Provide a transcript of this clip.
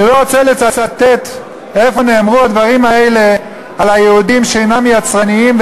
אני לא רוצה לצטט איפה נאמרו הדברים האלה על היהודים שאינם יצרניים,